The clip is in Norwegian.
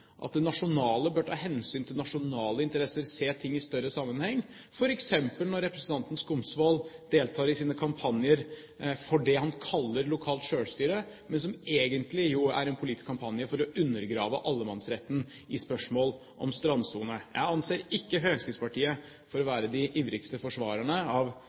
at det nasjonale bør ta hensyn til nasjonale interesser, se ting i større sammenheng – f.eks. når representanten Skumsvoll deltar i sine kampanjer for det han kaller lokalt selvstyre, men som egentlig er en politisk kampanje for å undergrave allemannsretten i spørsmål om strandsone. Jeg anser ikke Fremskrittspartiet for å være de ivrigste forsvarerne av